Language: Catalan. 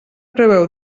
preveu